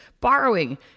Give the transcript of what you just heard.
borrowing